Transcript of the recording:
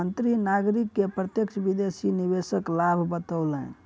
मंत्री नागरिक के प्रत्यक्ष विदेशी निवेशक लाभ बतौलैन